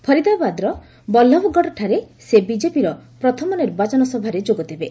ଫରିଦାବାଦ୍ର ବଲ୍ଲଭଗଡ଼ଠାରେ ସେ ବିକେପିର ପ୍ରଥମ ନିର୍ବାଚନ ସଭାରେ ଯୋଗଦେବେ